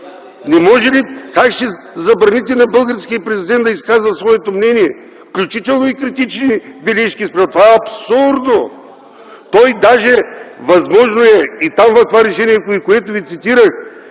демокрация? Как ще забраните на българския президент да изказва своето мнение, включително и критични бележки? Това е абсурдно! Възможно е и в това решение, което Ви цитирах,